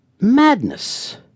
Madness